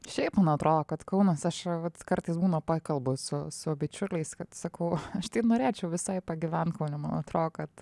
šiaip nu atrodo kad kaunas aš vat kartais būna pakalbu su su bičiuliais kad sakau aš tai norėčiau visai pagyvent kaune man atrodo kad